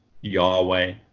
Yahweh